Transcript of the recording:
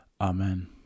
Amen